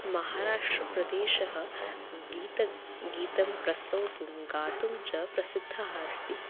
महाराष्ट्रप्रदेशः गीतं गीतं प्रस्तोतुं गातुं च प्रसिद्धः अस्ति